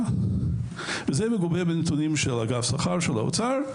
זה מגובה בנתונים של אגף השכר באוצר,